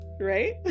right